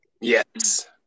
Yes